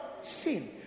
sin